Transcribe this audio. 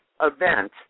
event